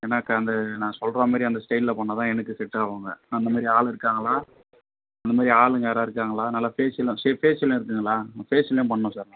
ஏன்னா க அந்த நான் சொல்கிற மாரி அந்த ஸ்டைலில் பண்ணால்தான் எனக்கு செட்டாகுங்க அந்தமாரி ஆள் இருக்காங்களா அந்தமாரி ஆளுங்க யாரா இருக்காங்களா நல்லா ஃபேஷியலும் ஷே ஃபேஷியலும் இருக்குங்களா ஃபேஷியலும் பண்ணணும் சார் நான்